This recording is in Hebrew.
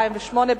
התקבלה.